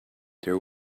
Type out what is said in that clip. there